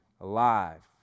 alive